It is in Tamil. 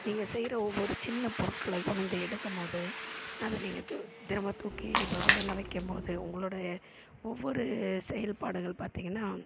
நீங்கள் செய்யற ஒவ்வொரு சின்ன பொருட்களக்கூட இந்த எடுக்கும் போது அது நீங்கள் து திரும்ப தூக்கி இப்போ மேலே வைக்கும் போது உங்களோட ஒவ்வொரு செயல்பாடுகள் பார்த்தீங்கன்னா